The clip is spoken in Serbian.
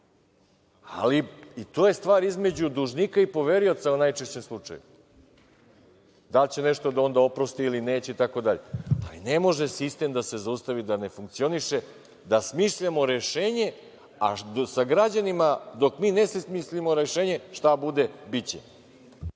ali i to je stvar između dužnika i poverioca u najčešćem slučaju. Da li će nešto da on oprosti ili neće, itd? Ali, ne može sistem da se zaustavi da ne funkcioniše, da smišljamo rešenje, a da sa građanima dok mi ne smislimo rešenje, šta bude biće.